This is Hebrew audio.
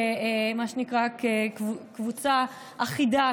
מה שנקרא כקבוצה אחידה,